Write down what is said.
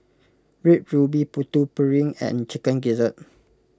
Red Ruby Putu Piring and Chicken Gizzard